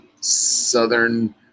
southern